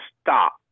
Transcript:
stop